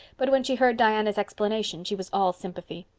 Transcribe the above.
but when she heard diana's explanation she was all sympathy.